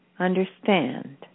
Understand